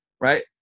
right